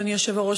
אדוני היושב-ראש,